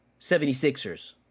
76ers